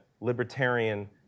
libertarian